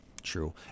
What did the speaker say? True